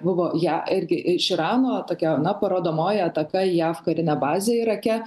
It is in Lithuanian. buvo ja irgi iš irano tokia na parodomoji ataka į jav karinę bazę irake